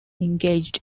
engaged